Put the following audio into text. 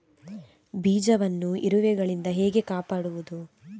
ಬೀಜವನ್ನು ಇರುವೆಗಳಿಂದ ಹೇಗೆ ಕಾಪಾಡುವುದು?